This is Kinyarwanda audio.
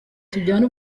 tujyane